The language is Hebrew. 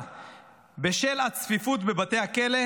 כמי שסובלת מחום, כפי שאתם יודעים,